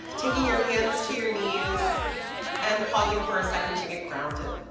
taking your hands to your knees and pausing for a second to get grounded.